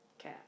Okay